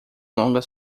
longas